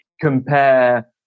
compare